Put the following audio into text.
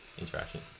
interaction